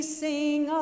sing